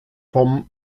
vom